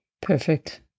perfect